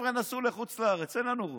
החבר'ה נסעו לחוץ לארץ, ואין לנו רוב,